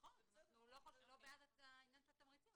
אנחנו לא בעד העניין של התמריצים,